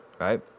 right